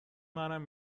منم